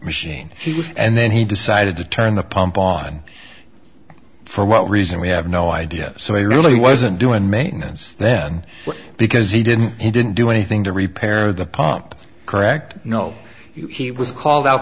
machine and then he decided to turn the pump on for what reason we have no idea so he really wasn't doing maintenance then because he didn't he didn't do anything to repair the pump correct no he was called out